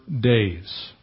days